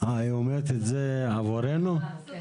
לי אין שיקול דעת.